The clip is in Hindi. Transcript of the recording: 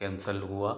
कैंसल हुआ